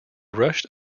rushed